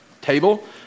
table